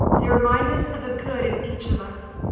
they remind us of the good in each of us,